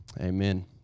Amen